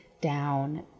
down